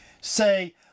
say